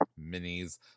minis